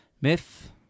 Myth